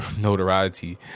notoriety